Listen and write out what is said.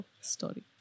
story